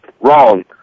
Wrong